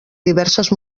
diverses